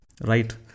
right